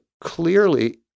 clearly